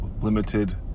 limited